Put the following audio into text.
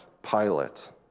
pilot